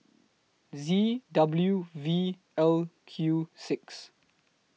Z W V L Q six